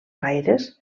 gaires